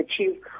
achieve